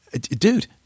dude